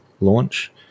launch